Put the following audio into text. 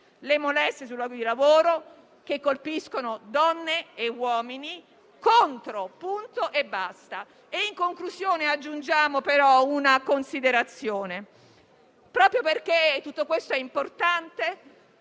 le molestie sui luoghi di lavoro che colpiscono donne e uomini; contro, punto e basta. Aggiungiamo solo un'ultima considerazione. Proprio perché tutto questo è importante,